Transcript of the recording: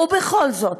ובכל זאת,